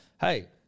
Hey